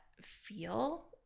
feel